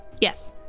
Yes